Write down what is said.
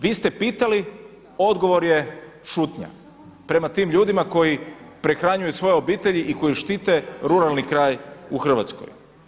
Vi ste pitali, odgovor je šutnja prema tim ljudima koji prehranjuju svoje obitelji i koji štite ruralni kraj u Hrvatskoj.